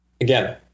again